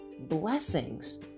blessings